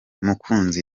mukunzi